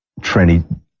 tranny